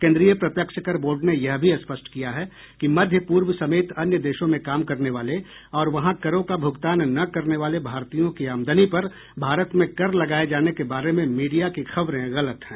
केन्द्रीय प्रत्यक्ष कर बोर्ड ने यह भी स्पष्ट किया है कि मध्य पूर्व समेत अन्य देशों में काम करने वाले और वहां करों का भुगतान न करने वाले भारतीयों की आमदनी पर भारत में कर लगाये जाने के बारे में मीडिया की खबरें गलत हैं